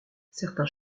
certains